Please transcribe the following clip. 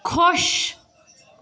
خۄش